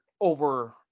over